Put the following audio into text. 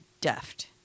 deft